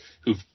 who've